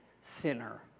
sinner